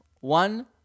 one